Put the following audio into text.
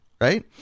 right